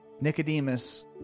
Nicodemus